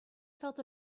felt